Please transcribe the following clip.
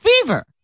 fever